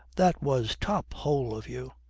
that was top-hole of you!